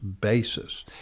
basis